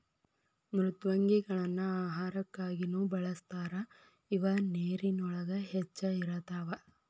ಮೃದ್ವಂಗಿಗಳನ್ನ ಆಹಾರಕ್ಕಾಗಿನು ಬಳಸ್ತಾರ ಇವ ನೇರಿನೊಳಗ ಹೆಚ್ಚ ಇರತಾವ